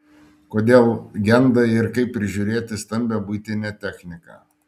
kodėl genda ir kaip prižiūrėti stambią buitinę techniką